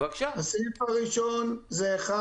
בסעיף הראשון זה (1),